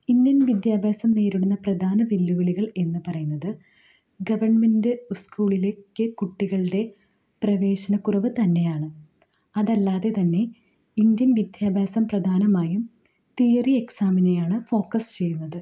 Indian വിദ്യാഭ്യാസം നേരിടുന്ന പ്രധാന വെല്ലുവിളികൾ എന്ന് പറയുന്നത് ഗവൺമെൻറ്റ് സ്കൂളിലേക്ക് കുട്ടികളുടെ പ്രവേശന കുറവ് തന്നെയാണ് അതല്ലാതെ തന്നെ ഇന്ത്യൻ വിദ്യാഭ്യാസം പ്രധാനമായും തിയറി എക്സാമിനെയാണ് ഫോക്കസ് ചെയ്യുന്നത്